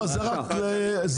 זה